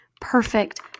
perfect